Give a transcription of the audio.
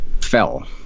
fell